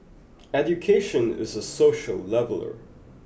education is a social leveller